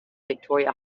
victoria